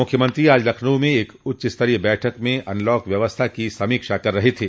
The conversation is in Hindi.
मूख्यमंत्री आज लखनऊ में एक उच्चस्तरीय बैठक में अनलॉक व्यवस्था की समीक्षा कर रहे थे